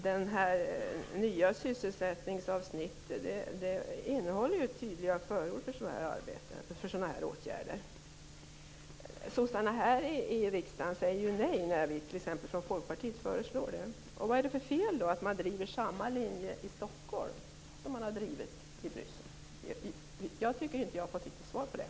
Det nya sysselsättningsavsnittet innehåller ju tydliga förord för sådana här åtgärder. Socialdemokraterna här i riksdagen säger dock nej när t.ex. vi från Folkpartiet föreslår sådant. Vad är det för fel med att driva samma linje i Stockholm som man drivit i Bryssel? Jag har inte fått något riktigt svar på det.